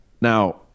Now